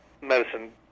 medicine